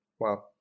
Wow